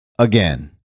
Again